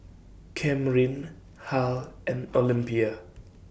Camryn Harl and Olympia